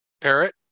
Parrot